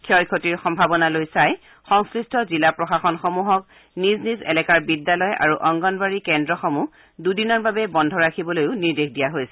ক্ষয় ক্ষতিৰ সম্ভাৱনালৈ চাই সংশ্লিষ্ট জিলা প্ৰশাসন সমূহক নিজ নিজ এলেকাৰ বিদ্যালয় আৰু অংগনৱাড়ী কেন্দ্ৰসমূহ দুদিনৰ বাবে বন্ধ ৰাখিবলৈ নিৰ্দেশ দিয়া হৈছে